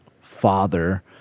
father